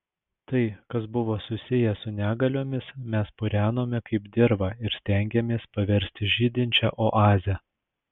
tai kas buvo susiję su negaliomis mes purenome kaip dirvą ir stengėmės paversti žydinčia oaze